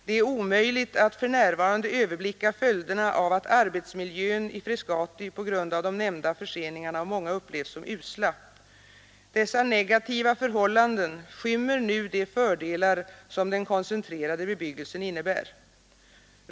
—— Det är omöjligt att för närvarande överblicka följderna av att arbetsmiljön i Frescati på grund av de nämnda förseningarna av många upplevs som usla. Dessa negativa förhållanden skymmer nu de fördelar som den koncentrerade bebyggelsen innebär.